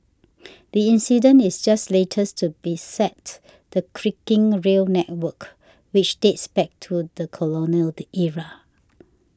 the incident is just latest to beset the creaking rail network which dates back to the colonial the era